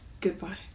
Goodbye